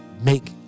make